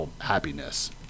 happiness